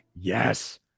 Yes